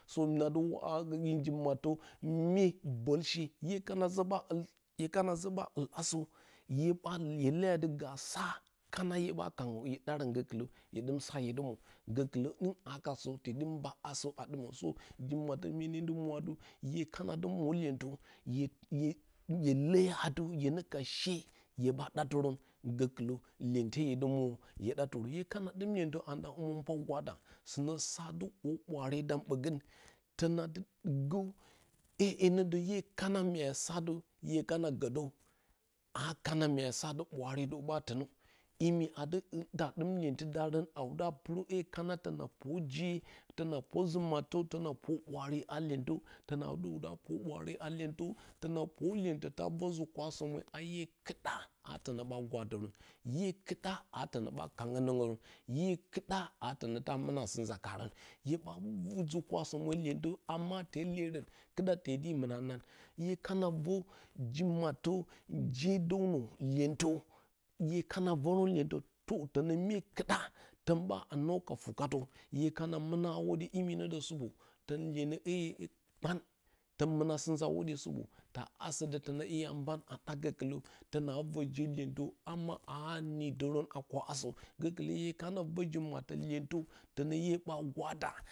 Sǝ na dɨ wa gǝ mye ji mattǝ, myee bɨlshe hye hye kana kana zǝ ɓa ɨl asǝ hye ɓa leyǝ atɨ ga sa hye ɓa kangǝ hye ɗarǝn gǝkɨlǝ hye ɗɨm sa hye dɨ mwo gǝkɨlǝ ɨn a ga sǝ tee dɨ mba asǝ a ɗɨmǝ sǝ ji-mattǝ mye nee mwi atɨ hye kana dɨ mwo lyentǝ hye leyǝ atɨ hye nee ka shee hye ɓa ɗatɨrǝn gǝlǝ lyente hye dɨ mwo. Hye kana ɗɨm lyentǝ anda hǝmǝnpwa gwada, sɨnǝ sa dɨ o ɓwaare dam ɓǝgǝn. tǝna dɨ gǝ ʻye hee nǝ hye kan mya sa atɨ ye kana gǝ aa kana mya sa atɨ ɓwaare dǝw ɓa tǝnǝ, imi a dɨ ɗɨm lyentɨ daarǝn a wudǝ a pɨrǝ hee kana ta por je, tǝna por jimattǝ a lyentǝn tǝna por ɓwaare a lyentǝ. Tǝna dɨ wudǝ a por ɓwaare lyentǝ, tǝna por lyentǝ vǝ ji-kwa somye a ʻye kɨɗa aa tǝnɨ ɓa gwadǝrǝn, ʻye kɨɗa aa tǝnǝ ɓa kanggǝ nǝngrǝn, ʻye kɨɗa aa tǝnǝ ta mɨna asɨ nza kaarǝn. Hye ɓa vǝ ji-kwa somye lyentǝ a ma tee leerǝn, kɨɗa tee dɨyi mɨna nan. Hye kana vǝ ji-mattǝ je dǝ́wnǝ lyentǝ, hye kana vǝrǝn lyentǝ. tǝnǝ myee kɨɗa tǝn ɓa nǝw ka fukatǝ, hye kana mɨna a hwoɗye, imi nǝ dǝ supo tǝn lyenǝ ʻye hee kpan, tǝn mɨna a hwoɗƴe supo taa asǝ tǝna mban a ɗa gǝkɨlǝ tǝnaa vǝ je lyentǝ, ama aa nidǝrǝn a kwa asǝ, gǝkɨlǝ hye kana vǝ ji-mattǝ lyentǝ tǝnǝ ʻye ɓa gwada.